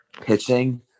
pitching